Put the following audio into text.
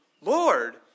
Lord